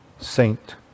saint